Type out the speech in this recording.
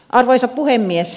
arvoisa puhemies